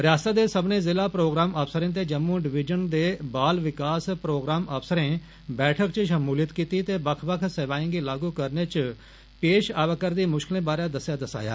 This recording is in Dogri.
रियासता दे सब्बनें जिला प्रोग्राम अफसरें ते जम्मू डवीजन दे बाल विकास प्रोग्राम अफसरे बैठक च श्मूलियत कीती ते बक्ख बक्ख सेवाएं गी लागू करने च पेश आवैरदी मुश्कलें बारै दस्सेआ दसाया